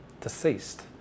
deceased